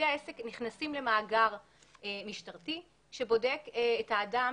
פרטי העסק נכנסים למאגר משטרתי שבודק את האדם